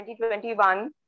2021